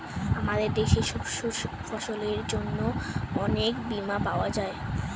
আমাদের দেশে শস্য ফসলের জন্য অনেক বীমা পাওয়া যায়